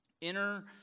Inner